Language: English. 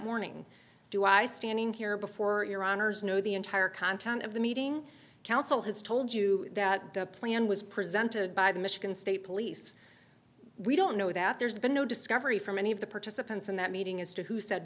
morning do i standing here before your honor's no the entire content of the meeting counsel has told you that the plan was presented by the michigan state police we don't know that there's been no discovery from any of the participants in that meeting as to who said